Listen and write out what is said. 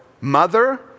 mother